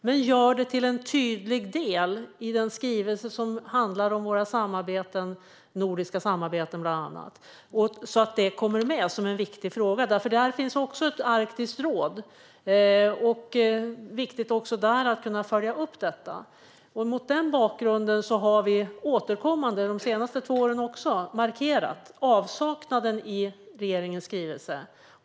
Men gör det till en tydlig del i den skrivelse som handlar om bland annat våra nordiska samarbeten så att det kommer med som en viktig fråga, för där finns också ett arktiskt råd, och även där är det viktigt att kunna följa upp detta. Mot den bakgrunden har vi återkommande, även de senaste två åren, markerat denna avsaknad i regeringens skrivelse.